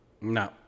No